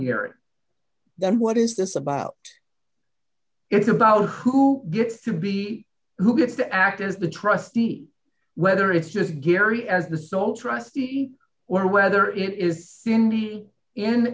here then what is this about it's about who gets to be who gets to act as the trustee whether it's just gary as the sole trustee or whether it is cindy in